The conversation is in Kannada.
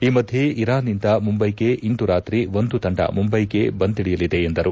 ಈ ಮಧ್ಯ ಇರಾನ್ನಿಂದ ಮುಂಬೈಗೆ ಇಂದು ರಾತ್ರಿ ಒಂದು ತಂಡ ಮುಂಬೈಗೆ ಬಂದಿಳಿಯಲಿದೆ ಎಂದರು